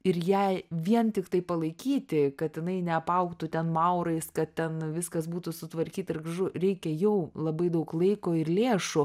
ir jai vien tiktai palaikyti kad jinai neapaugtų ten maurais kad ten viskas būtų sutvarkyta ir gražu reikia jau labai daug laiko ir lėšų